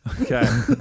Okay